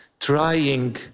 trying